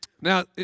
Now